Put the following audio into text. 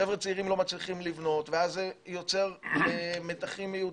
חבר'ה צעירים לא מצליחים לבנות ואז זה יוצר מתחים מיותרים.